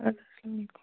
اَدٕ حظ سلام علیکُم